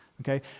okay